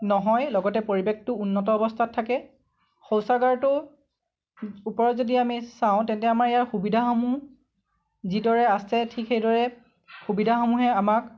নহয় লগতে পৰিৱেশটো উন্নত অৱস্থাত থাকে শৌচাগাৰটো ওপৰত যদি আমি চাওঁ তেন্তে আমাৰ ইয়াৰ সুবিধাসমূহ যিদৰে আছে ঠিক সেইদৰে সুবিধাসমূহে আমাক